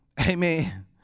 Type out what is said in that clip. Amen